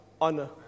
honor